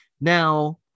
now